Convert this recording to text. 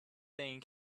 thing